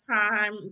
time